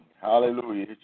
Hallelujah